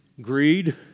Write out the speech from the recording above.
greed